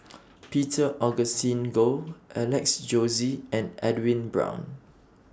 Peter Augustine Goh Alex Josey and Edwin Brown